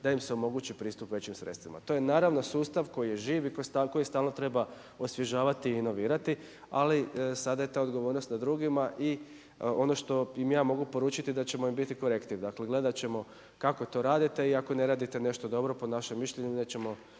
da im se omogući pristup većim sredstvima. To je naravno sustav koji je živ i koji stalno treba osvježavati i inovirati ali sada je ta odgovornost na drugima i ono što im ja mogu poručiti da ćemo im biti korektiv. Dakle, gledat ćemo kako to radite i ako ne radite nešto dobro po našem mišljenju nećemo